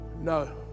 No